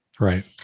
Right